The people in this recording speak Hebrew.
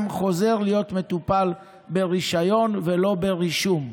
חוזר להיות מטופל ברישיון ולא ברישום.